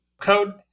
code